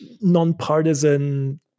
nonpartisan